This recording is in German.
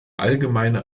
allgemeine